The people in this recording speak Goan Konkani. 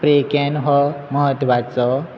स्प्रेकॅन हो म्हत्वाचो